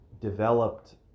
developed